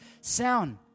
sound